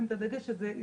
יבינו.